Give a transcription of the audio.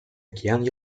океан